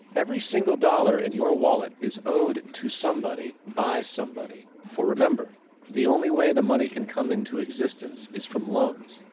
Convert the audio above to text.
every single dollar in your wallet is owed to somebody by somebody. for remember the only way the money can come in to existence is from loans.